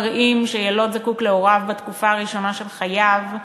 מראים שיילוד זקוק להוריו בתקופה הראשונה של חייו,